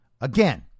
Again